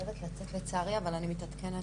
חייבת לצאת לצערי, אבל אני מתעדכנת